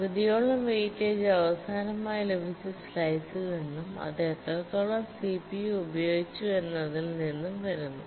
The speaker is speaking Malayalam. പകുതിയോളം വെയിറ്റേജ് അവസാനമായി ലഭിച്ച സ്ലൈസിൽ നിന്നും അത് എത്രത്തോളം സിപിയു ഉപയോഗിച്ചുവെന്നതിൽ നിന്നും വരുന്നു